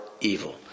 evil